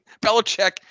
Belichick